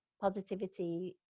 positivity